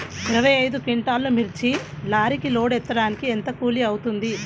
ఇరవై ఐదు క్వింటాల్లు మిర్చి లారీకి లోడ్ ఎత్తడానికి ఎంత కూలి అవుతుంది?